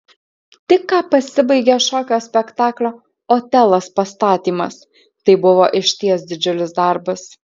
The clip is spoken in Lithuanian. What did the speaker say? tik ką pasibaigė šokio spektaklio otelas pastatymas tai buvo išties didžiulis darbas